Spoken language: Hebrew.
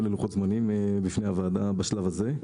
ללוחות זמנים בפני הוועדה בשלב הזמן,